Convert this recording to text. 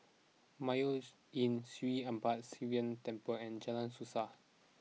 Mayos Inn Sri Arasakesari Sivan Temple and Jalan Suasa